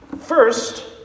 First